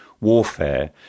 warfare